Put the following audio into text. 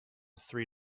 three